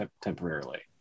temporarily